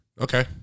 Okay